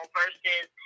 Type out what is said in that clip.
versus